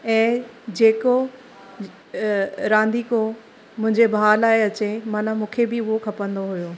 ऐं जेको रांदीको मुंहिंजे भा लाइ अचे माना मूंखे बि उहो खपंदो हुओ